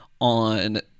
on